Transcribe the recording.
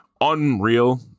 unreal